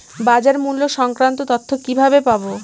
বাজার মূল্য সংক্রান্ত তথ্য কিভাবে পাবো?